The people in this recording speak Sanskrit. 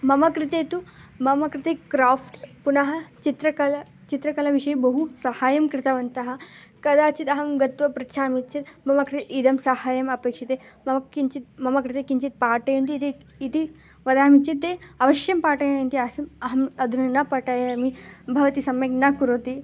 मम कृते तु मम कृते क्राफ़्ट् पुनः चित्रकलायाः चित्रकलायाः विषये बहु सहायं कृतवन्तः कदाचित् अहं गत्वा पृच्छामि चेत् मम कृते इदं सहायम् अपेक्ष्यते मम किञ्चित् मम कृते किञ्चित् पाठयन्तु इति इति वदामि चेत् ते अवश्यं पाठयन्तः आसन् अहम् अधुना न पाठयामि भवती सम्यक् न करोति